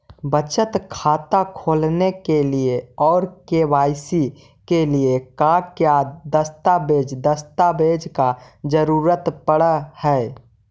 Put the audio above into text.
बचत खाता खोलने के लिए और के.वाई.सी के लिए का क्या दस्तावेज़ दस्तावेज़ का जरूरत पड़ हैं?